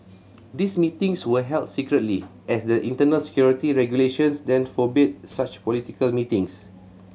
these meetings were held secretly as the internal security regulations then forbade such political meetings